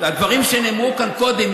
והדברים שנאמרו כאן קודם,